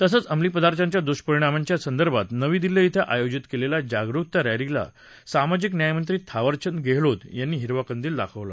तसंच अंमली पदार्थांच्या दुष्परिणामांच्या संदर्भात नवी दिल्ली क्षें आयोजित केलेल्या जागरूकता रॅलीला सामाजिक न्यायमंत्री थावरचंद गेहलोत यांनी हिरवा कंदील दाखवला